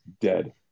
dead